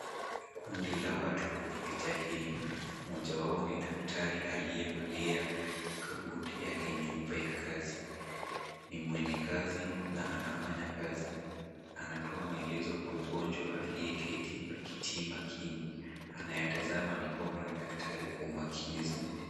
Kundi la watu kwenye picha hili, mmoja wao ni daktari aliyevalia kabuti yake nyeupe ya kazi. Ni mwenye kazi na anafanya kazi. Anatoa maelezo kwa mgonjwa aliyeketi na kiti makini. Anayatazama mikono ya daktari kwa umakini zaidi.